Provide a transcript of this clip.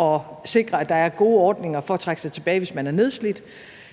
at sikre, at der er gode ordninger for at trække sig tilbage, hvis man er nedslidt,